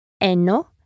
eno